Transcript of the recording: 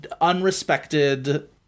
unrespected